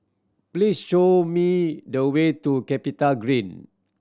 please show me the way to CapitaGreen